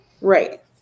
right